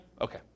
Okay